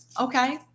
Okay